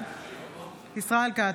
בעד ישראל כץ,